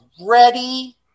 ready